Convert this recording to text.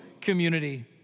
community